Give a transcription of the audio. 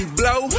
blow